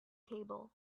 table